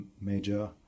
major